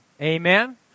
Amen